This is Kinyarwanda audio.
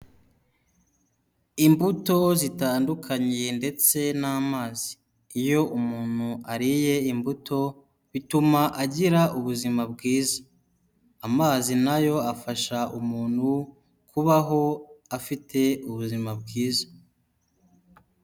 Imbuto zitandukanye ndetse n'amazi. Iyo umuntu ariye imbuto, bituma agira ubuzima bwiza. Amazi na yo afasha umuntu kubaho afite ubuzima bwiza.